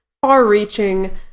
far-reaching